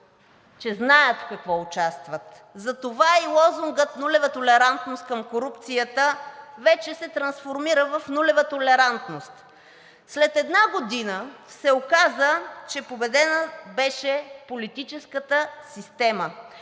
че знаят в какво участват, затова и лозунгът „Нулева толерантност към корупцията“ вече се трансформира в „Нулева толерантност“. След една година се оказа, че победена беше политическата система.